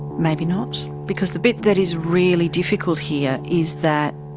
maybe not, because the bit that is really difficult here is that